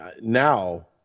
now